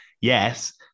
yes